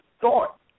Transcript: thought